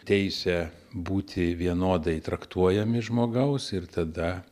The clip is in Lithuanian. teisę būti vienodai traktuojami žmogaus ir tada